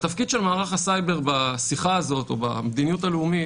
התפקיד של מערך הסייבר בשיחה הזאת או במדיניות הלאומית